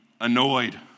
annoyed